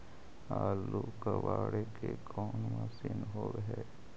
आलू कबाड़े के कोन मशिन होब है?